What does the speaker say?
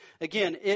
again